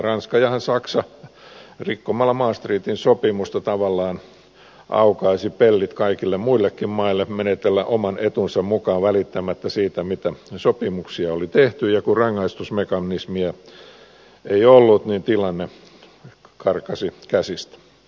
ranska ja saksahan rikkomalla maastrichtin sopimusta tavallaan aukaisivat pellit kaikille muillekin maille menetellä oman etunsa mukaan välittämättä siitä mitä sopimuksia oli tehty ja kun rangaistusmekanismia ei ollut niin tilanne karkasi käsistä